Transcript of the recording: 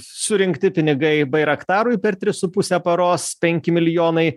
surinkti pinigai bairaktarui per tris su puse paros penki milijonai